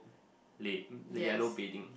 lay the yellow bedding